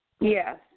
Yes